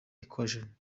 occasion